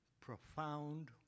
profound